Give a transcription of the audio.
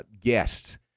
guests